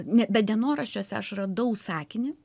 ne bet dienoraščiuose aš radau sakinį